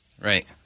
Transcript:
Right